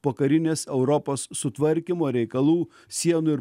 pokarinės europos sutvarkymo reikalų sienų ir